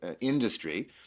industry